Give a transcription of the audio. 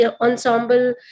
ensemble